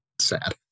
sad